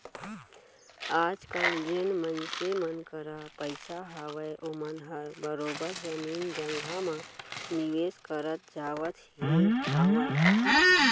आजकल जेन मनसे मन करा पइसा हावय ओमन ह बरोबर जमीन जघा म निवेस करत जावत ही हावय